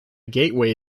gateway